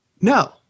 No